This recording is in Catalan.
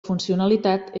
funcionalitat